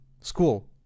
school